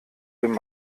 dem